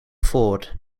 ford